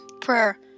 Prayer